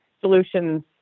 solutions